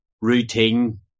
routine